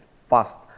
fast